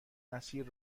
مسیر